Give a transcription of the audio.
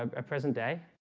um a present day.